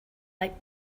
like